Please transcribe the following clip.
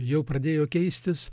jau pradėjo keistis